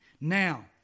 Now